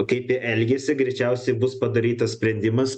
kaip jie elgiasi greičiausiai bus padarytas sprendimas